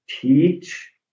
teach